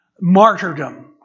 martyrdom